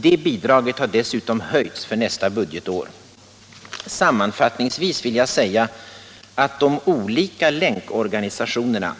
Det bidraget har dessutom höjts för nästa budgetår. Sammanfattningsvis vill jag säga att de olika länkorganisationerna